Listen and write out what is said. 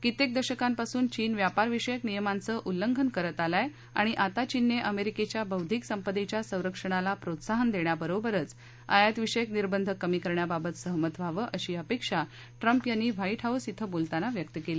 कित्येक दशकांपासून चीन व्यापारविषयक नियमांचं उल्लंघन करत आला आहे आणि आता चीनने अमेरिकेच्या बौद्धिक संपदेच्या संरक्षणाला प्रोत्साहन देण्याबरोबरच आयातविषयक निर्बंध कमी करण्याबाबत सहमत व्हावं अशी अपेक्षा ट्रम्प यांनी व्हाईट हाऊस क्षे बोलताना व्यक्त केली